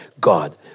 God